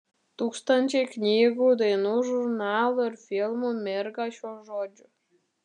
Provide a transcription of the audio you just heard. tūkstančiai knygų dainų žurnalų ir filmų mirga šiuo žodžiu